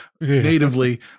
natively